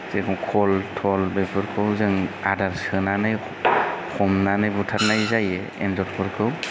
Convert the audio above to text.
जेरखम खल थल बेफोरखौ जों आदार सोनानै हमनानै बुथारनाय जायो एन्जरफोरखौ